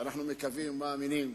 אני מסכים אתך.